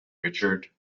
richard